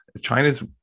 China's